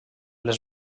les